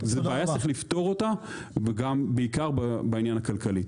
זו בעיה שצריך לפתור אותה, בעיקר בעניין הכלכלי.